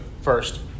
first